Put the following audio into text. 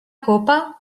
copa